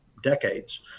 decades